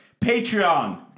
Patreon